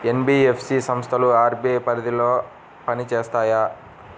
NBFC సంస్థలు RBI పరిధిలోనే పని చేస్తాయా?